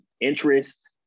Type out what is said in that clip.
interest